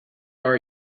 our